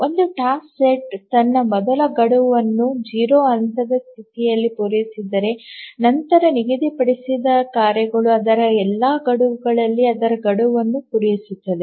ಒಂದು task set ತನ್ನ ಮೊದಲ ಗಡುವನ್ನು 0 ಹಂತದ ಸ್ಥಿತಿಯಲ್ಲಿ ಪೂರೈಸಿದರೆ ನಂತರ ನಿಗದಿಪಡಿಸಿದ ಕಾರ್ಯಗಳು ಅದರ ಎಲ್ಲಾ ಗಡುವುಗಳಲ್ಲಿ ಅದರ ಗಡುವನ್ನು ಪೂರೈಸುತ್ತವೆ